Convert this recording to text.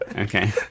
Okay